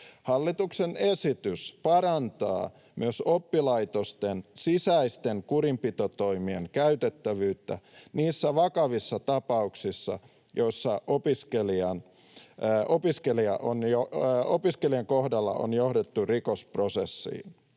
Hallituksen esitys parantaa myös oppilaitosten sisäisten kurinpitotoimien käytettävyyttä niissä vakavissa tapauksissa, joissa opiskelija on joutunut rikosprosessiin.